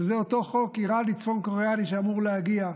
זה אותו חוק איראני-צפון קוריאני שאמור להגיע,